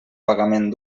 pagament